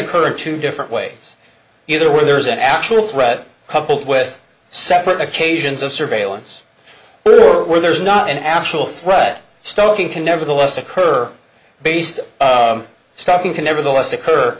occur two different ways either where there is an actual threat coupled with separate occasions of surveillance or there's not an actual threat stalking can nevertheless occur based on stopping can nevertheless occur